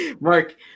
Mark